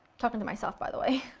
talking to myself, by the way.